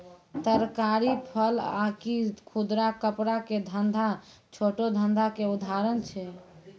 तरकारी, फल आकि खुदरा कपड़ा के धंधा छोटो धंधा के उदाहरण छै